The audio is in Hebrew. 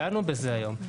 דנו בזה היום,